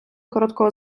короткого